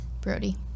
Brody